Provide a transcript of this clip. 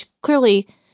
clearly